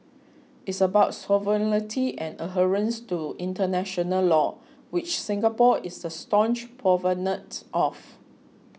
it's about sovereignty and adherence to international law which Singapore is a staunch proponent of